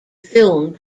film